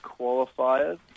qualifiers